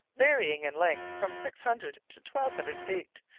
varying in length from six hundred to twelve hundred feet,